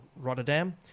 Rotterdam